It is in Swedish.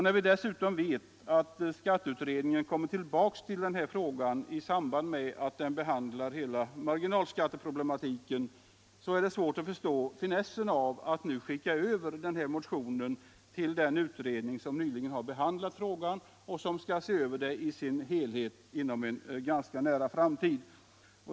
När vi dessutom vet att skatteutredningen kommer tillbaka till frågan i samband med att den skall behandla hela marginalskatteproblematiken är det svårt att förstå finessen med att nu skicka över den här motionen till den utredning som nyligen har behandlat frågan och som även skall se över den i dess helhet inom en nära framtid.